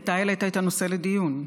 כי אתה העלית את הנושא לדיון,